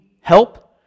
help